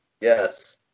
Yes